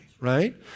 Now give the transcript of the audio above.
right